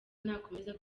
nakomeza